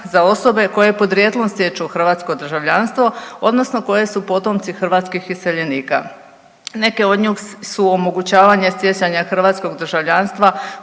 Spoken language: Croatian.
za osobe koje podrijetlom stječu hrvatsko državljanstvo odnosno koje su potomci hrvatskih iseljenike. Neke od njih su omogućavanje stjecanja hrvatskog državljanstva